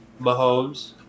Mahomes